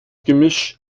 gemisch